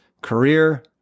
career